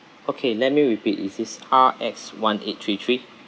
okay let me repeat is this R X one eight three three